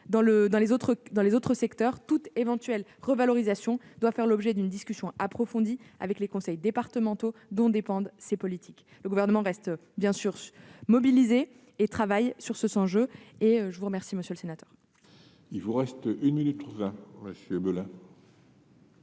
Dans les autres secteurs, toute éventuelle revalorisation doit faire l'objet d'une discussion approfondie avec les conseils départementaux dont dépendent ces politiques. Le Gouvernement reste bien sûr mobilisé et travaille sur ces enjeux. La parole est